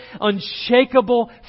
unshakable